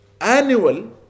annual